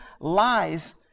lies